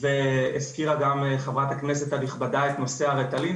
והזכירה גם חברת הכנסת הנכבדה את נושא הריטלין,